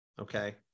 Okay